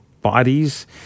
bodies